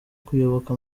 kuyoboka